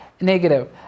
negative